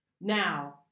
Now